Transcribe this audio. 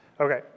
Okay